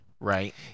Right